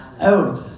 out